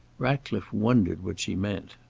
ratcliffe wondered what she meant.